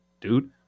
dude